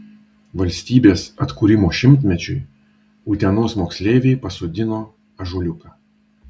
valstybės atkūrimo šimtmečiui utenos moksleiviai pasodino ąžuoliuką